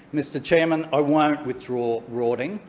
mr chairman, i won't withdraw rorting,